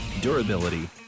durability